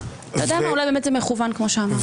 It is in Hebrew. אתה יודע מה, אולי באמת זה מכוון, כמו שאמרתי.